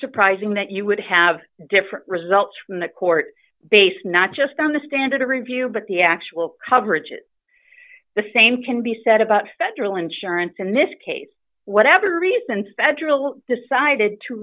surprising that you would have different results from the court based not just on the standard review but the actual coverages the same can be said about federal insurance in this case whatever reason spectral decided to